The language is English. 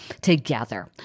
together